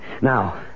Now